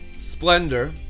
Splendor